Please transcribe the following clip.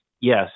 yes